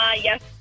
yes